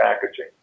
packaging